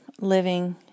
living